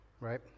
right